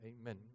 Amen